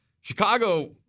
Chicago